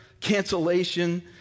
cancellation